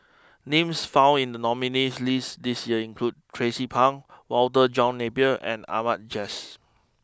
names found in the nominees' list this year include Tracie Pang Walter John Napier and Ahmad Jais